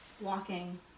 walking